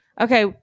Okay